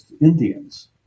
Indians